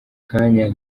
kanya